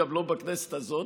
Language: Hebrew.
גם לא בכנסת הזאת,